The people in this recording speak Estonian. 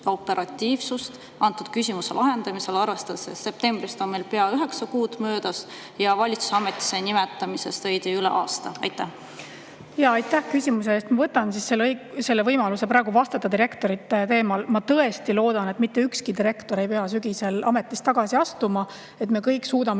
operatiivsust antud küsimuse lahendamisel, arvestades, et septembrist on meil pea üheksa kuud möödas ja valitsuse ametisse nimetamisest veidi üle aasta? Aitäh küsimuse eest! Ma kasutan praegu võimalust vastata direktorite teemal. Ma tõesti loodan, et mitte ükski direktor ei pea sügisel ametist tagasi astuma, et me kõik suudame